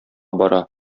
бара